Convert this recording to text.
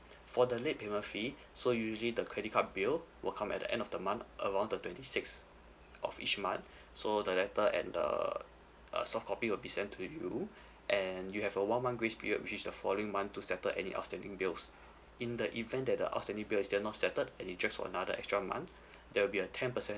for the late payment fee so usually the credit card bill will come at the end of the month around the twenty six of each month so the letter and err a soft copy will be sent to you and you have a one month grace period which is the following month to settle any outstanding bills in the event that the outstanding bill is still not settled and you drag for another extra month there will be a ten percent